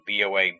BOA